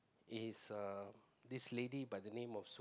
is a this lady by the name of